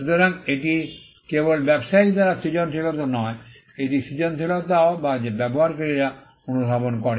সুতরাং এটি কেবল ব্যবসায়ী দ্বারা সৃজনশীলতা নয় এটি সৃজনশীলতাও যা ব্যবহারকারীরা অনুধাবন করে